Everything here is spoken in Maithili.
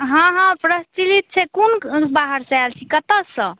हँ हँ प्रचलित छै कोन बाहर से आयल छी कतऽ सँ